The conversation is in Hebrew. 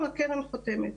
או שהקרן חותמת.